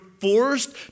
forced